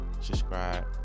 subscribe